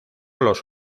los